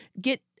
get